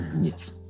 Yes